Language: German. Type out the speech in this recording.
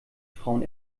frauen